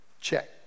Check